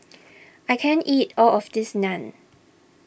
I can't eat all of this Naan